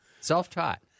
Self-taught